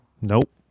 Nope